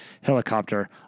helicopter